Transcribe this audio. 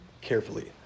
carefully